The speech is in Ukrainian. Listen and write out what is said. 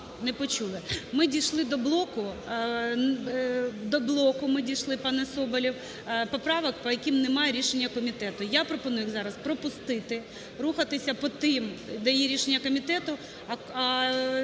Ми дійшли до блоку, до блоку ми дійшли, пане Соболєв, поправок, по яким немає рішення комітету. Я пропоную їх зараз пропустити, рухатися по тим, де є рішення комітету,